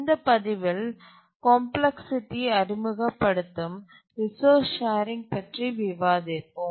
இந்த பதிவில் காம்ப்ளக்ஸ்சிடியை அறிமுகப்படுத்தும் ரிசோர்ஸ் ஷேரிங் பற்றி விவாதிப்போம்